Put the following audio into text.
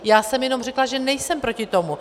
Já jsem jenom řekla, že nejsem proti tomu.